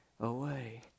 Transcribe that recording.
away